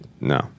no